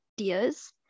ideas